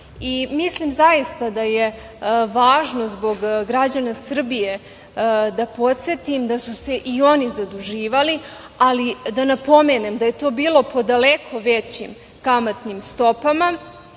Mislim zaista da je važno zbog građana Srbije da podsetim da su se i oni zaduživali, ali da napomenem da je to bilo podaleko većim kamatnim stopama